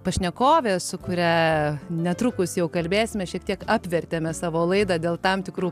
pašnekovė su kuria netrukus jau kalbėsime šiek tiek apvertėme savo laidą dėl tam tikrų